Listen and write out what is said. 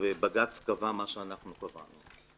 בג"ץ קבע מה שאנחנו קבענו.